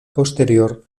posterior